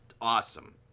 awesome